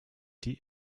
die